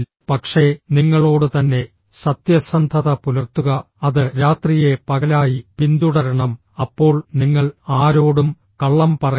പക്ഷേ നിങ്ങളോട് തന്നെ സത്യസന്ധത പുലർത്തുക അത് രാത്രിയെ പകലായി പിന്തുടരണം അപ്പോൾ നിങ്ങൾ ആരോടും കള്ളം പറയരുത്